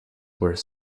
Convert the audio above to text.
were